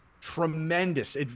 tremendous